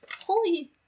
Holy